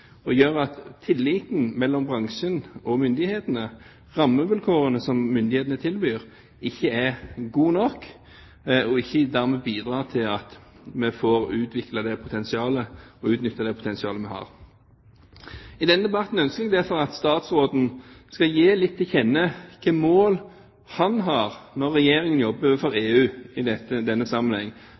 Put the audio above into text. gjør at tilliten mellom bransjen og myndighetene og rammevilkårene som myndighetene tilbyr, ikke er bra nok og dermed ikke bidrar til at vi får utviklet og utnyttet det potensialet vi har. I denne debatten ønsker jeg derfor at statsråden skal gi til kjenne hvilke mål han har når Regjeringen jobber overfor EU i denne